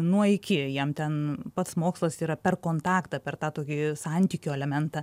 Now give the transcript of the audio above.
nuo iki jam ten pats mokslas yra per kontaktą per tą tokį santykio elementą